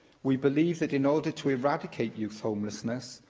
we believe that, in order to eradicate youth homelessness,